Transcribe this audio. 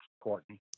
Courtney